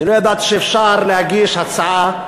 אני לא ידעתי שאפשר להגיש הצעה,